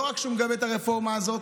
לא רק שהוא מגבה את הרפורמה הזאת,